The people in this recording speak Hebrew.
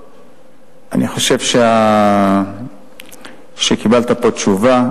אני חושב שקיבלת פה תשובה.